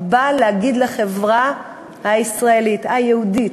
באה להגיד לחברה הישראלית, היהודית,